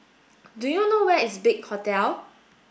do you know where is Big Hotel